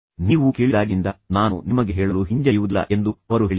ನೀವು ಕೇಳಿದಾಗಿನಿಂದ ನಾನು ನಿಮಗೆ ಹೇಳಲು ಹಿಂಜರಿಯುವುದಿಲ್ಲ ಎಂದು ಅವರು ಹೇಳಿದರು